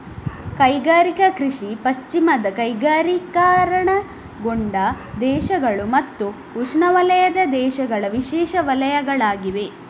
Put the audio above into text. ಕೈಗಾರಿಕಾ ಕೃಷಿ ಪಶ್ಚಿಮದ ಕೈಗಾರಿಕೀಕರಣಗೊಂಡ ದೇಶಗಳು ಮತ್ತು ಉಷ್ಣವಲಯದ ದೇಶಗಳ ವಿಶೇಷ ವಲಯಗಳಾಗಿವೆ